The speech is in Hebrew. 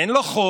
אין לו חום,